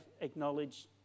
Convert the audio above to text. acknowledged